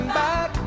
back